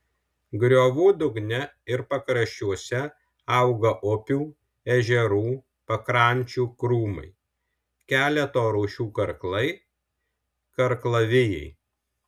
griovų dugne ir pakraščiuose auga upių ežerų pakrančių krūmai keleto rūšių karklai karklavijai